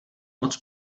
moc